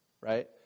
right